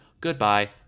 Goodbye